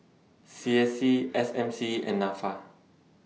C S C S M C and Nafa